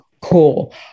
cool